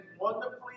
wonderfully